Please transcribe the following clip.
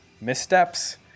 missteps